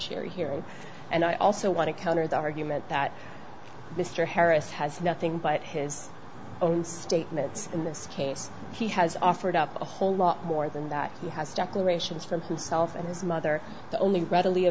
hearing and i also want to counter the argument that mr harris has nothing but his own statements in this case he has offered up a whole lot more than that he has declarations from himself and his mother the only readily